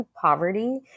poverty